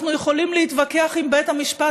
אנחנו יכולים להתווכח עם בית המשפט,